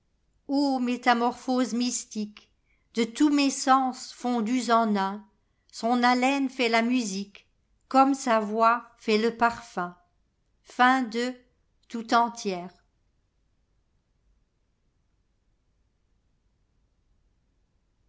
métamorphose mystiquede tous mes sens fondus en un ison haleine fait la musique comme sa voix fait le parfum